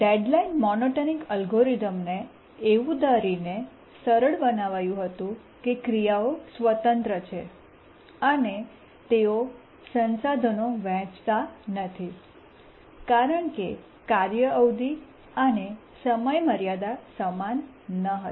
deadline monotonic એલ્ગોરિધમને એવું ધારીને સરળ બનાવ્યું હતું કે ક્રિયાઓ સ્વતંત્ર છે અને તેઓ સંસાધનો વહેંચતા નથી કારણ કે કાર્ય અવધિ અને સમયમર્યાદા સમાન ન હતી